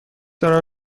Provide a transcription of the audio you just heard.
دارم